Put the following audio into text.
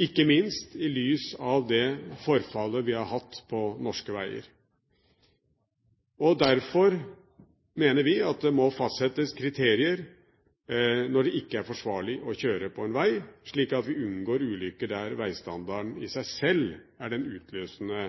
ikke minst i lys av det forfallet vi har hatt på norske veier. Derfor mener vi at det må fastsettes kriterier for når det ikke er forsvarlig å kjøre på en vei, slik at vi unngår ulykker der veistandarden i seg selv er den utløsende